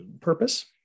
purpose